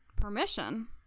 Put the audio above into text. permission